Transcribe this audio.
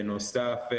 בנוסף,